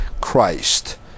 Christ